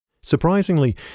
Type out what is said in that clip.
Surprisingly